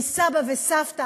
סבא וסבתא,